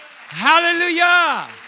Hallelujah